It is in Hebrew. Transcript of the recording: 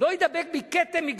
לא ידבק בי כתם מגזרי.